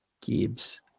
Gibbs